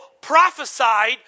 prophesied